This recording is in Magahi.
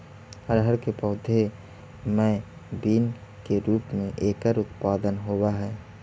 अरहर के पौधे मैं बीन के रूप में एकर उत्पादन होवअ हई